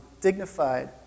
dignified